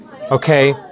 Okay